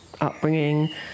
upbringing